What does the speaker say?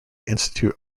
institute